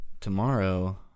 Tomorrow